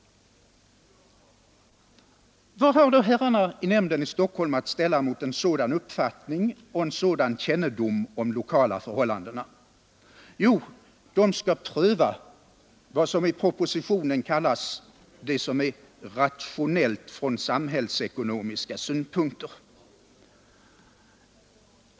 Vad har då herrarna i nämnden i Stockholm att ställa mot en sådan uppfattning och en sådan kännedom om de lokala förhållandena? Jo, de skall pröva vad som i propositionen kallas vara ”rationellt från samhällsekonomiska synpunkter”.